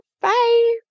Bye